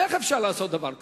איך אפשר לעשות דבר כזה?